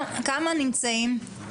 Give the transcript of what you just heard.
כמה נמצאים?